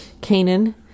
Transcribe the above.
Canaan